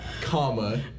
comma